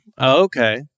okay